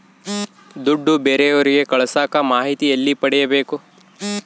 ದುಡ್ಡು ಬೇರೆಯವರಿಗೆ ಕಳಸಾಕ ಮಾಹಿತಿ ಎಲ್ಲಿ ಪಡೆಯಬೇಕು?